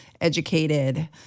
educated